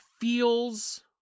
feels